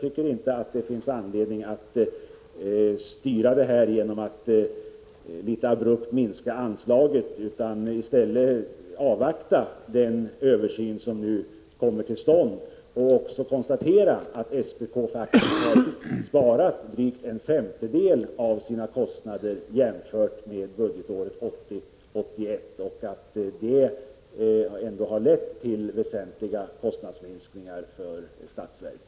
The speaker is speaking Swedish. Det finns ingen anledning att vi skall styra detta genom att litet abrupt minska anslaget, utan den översyn som nu kommer till stånd bör i stället avvaktas. Vi kan konstatera att SPK faktiskt har sparat in drygt en femtedel av sina kostnader jämfört med budgetåret 1980/81 och att det har lett till väsentliga kostnadsminskningar för statsverket.